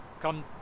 Come